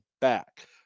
back